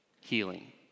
healing